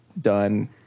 done